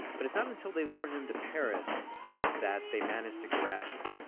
but it's not until they lure him to paris that they manage to grab him.